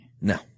No